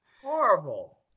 Horrible